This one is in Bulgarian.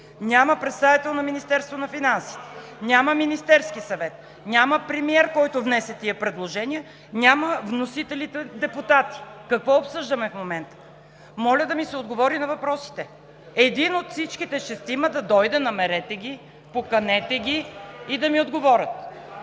Няма представител на Министерството на финансите, няма Министерски съвет, няма премиер, който внесе тези предложения, няма вносителите депутати. Какво обсъждаме в момента? Моля да ми се отговори на въпросите. Един от всичките шестима да дойде – намерете ги, поканете ги и да ми отговорят.